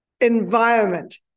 environment